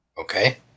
Okay